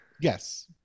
Yes